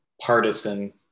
partisan